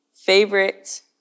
favorite